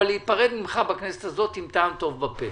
עם טעם טוב בפה,